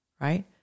right